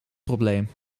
probleem